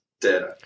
data